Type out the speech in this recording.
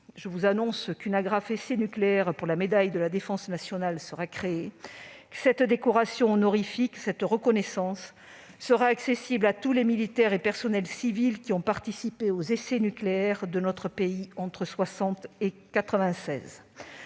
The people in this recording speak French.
vous annoncer qu'une agrafe « essai nucléaire » pour la médaille de la défense nationale sera créée. Cette décoration honorifique, cette reconnaissance, sera accessible à tous les militaires et personnels civils qui ont participé aux essais nucléaires de notre pays entre 1960 et 1996.